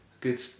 good